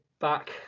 back